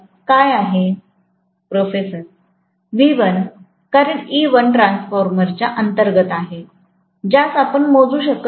प्रोफेसरःV1 कारण E1 ट्रान्सफॉर्मरच्या अंतर्गत आहे ज्यास आपण मोजू शकत नाही